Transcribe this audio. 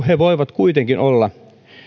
he voivat kuitenkin olla